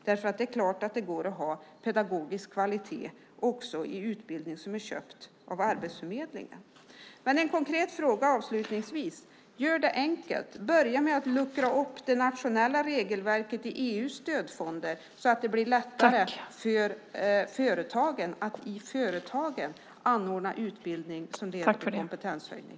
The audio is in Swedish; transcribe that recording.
Det är klart att det går att ha pedagogisk kvalitet också i utbildning som är köpt av Arbetsförmedlingen. Ett konkret råd avslutningsvis: Gör det enkelt! Börja med att luckra upp det nationella regelverket i EU:s stödfonder så att det blir lättare för företagen att i företagen anordna utbildning som leder till kompetenshöjning.